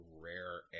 rare